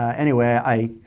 anyway, i